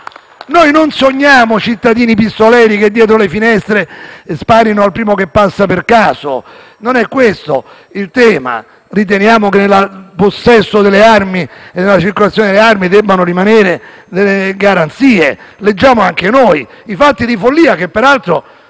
Noi non sogniamo cittadini pistoleri che dietro le finestre sparano al primo che passa per caso. Non è questo il tema. Riteniamo che nel possesso delle armi e nella circolazione delle armi debbano rimanere delle garanzie. Leggiamo anche noi dei fatti di follia, che peraltro